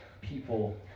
people